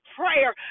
prayer